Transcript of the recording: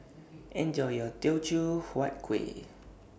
Enjoy your Teochew Huat Kuih